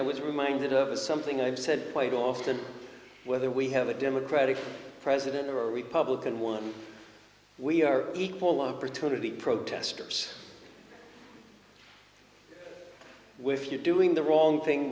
i was reminded of is something i've said quite often whether we have a democratic president or a republican one we are equal opportunity protesters with you doing the wrong thing